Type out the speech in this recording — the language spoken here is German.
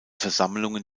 versammlungen